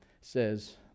says